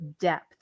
depth